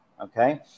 okay